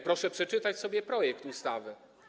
Proszę przeczytać sobie projekt ustawy.